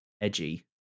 edgy